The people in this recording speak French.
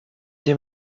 des